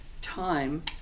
time